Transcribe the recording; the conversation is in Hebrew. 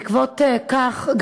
בעקבות כך,